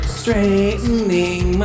straightening